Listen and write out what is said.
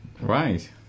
Right